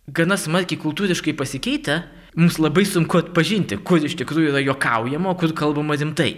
gana smarkiai kultūriškai pasikeitę mums labai sunku atpažinti kur iš tikrųjų yra juokaujama o kur kalbama rimtai